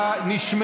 בבקשה, האזיני.